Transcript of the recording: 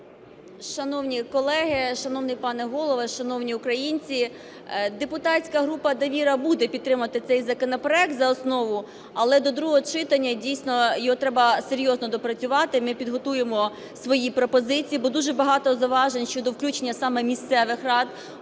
Шановні колеги, шановний пане Голово, шановні українці! Депутатська група "Довіра" буде підтримувати цей законопроект за основу, але до другого читання дійсно його треба серйозно доопрацювати. Ми підготуємо свої пропозиції, бо дуже багато зауважень щодо включення саме місцевих рад,